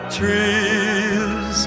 trees